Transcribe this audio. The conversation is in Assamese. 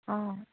অঁ